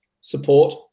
support